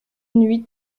huit